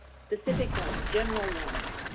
specific ones, general ones,